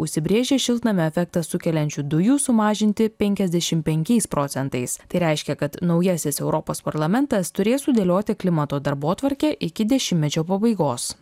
užsibrėžė šiltnamio efektą sukeliančių dujų sumažinti penkiasdešim penkiais procentais tai reiškia kad naujasis europos parlamentas turės sudėlioti klimato darbotvarkę iki dešimtmečio pabaigos